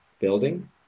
building